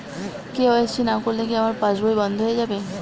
KYC না করলে আমার পাশ বই কি বন্ধ হয়ে যাবে?